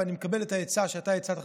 ואני מקבל את העצה שאתה הצעת,